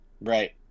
Right